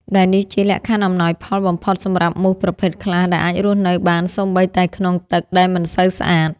ដែលនេះជាលក្ខខណ្ឌអំណោយផលបំផុតសម្រាប់មូសប្រភេទខ្លះដែលអាចរស់នៅបានសូម្បីតែក្នុងទឹកដែលមិនសូវស្អាត។